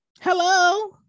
Hello